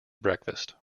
breakfast